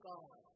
God